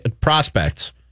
prospects